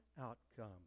outcome